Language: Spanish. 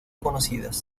conocidas